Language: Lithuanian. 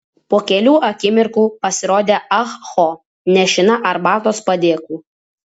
po kelių akimirkų pasirodė ah ho nešina arbatos padėklu